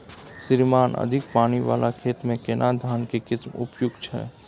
श्रीमान अधिक पानी वाला खेत में केना धान के किस्म उपयुक्त छैय?